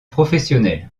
professionnels